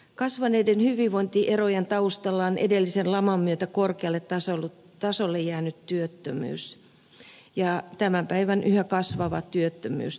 kasvaneiden hyvinvointierojen taustalla on edellisen laman myötä korkealle tasolle jäänyt työttömyys ja tämän päivän yhä kasvava työttömyys tietysti